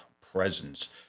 presence